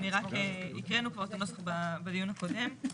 הקראנו כבר את הנוסח בדיון הקודם,